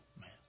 man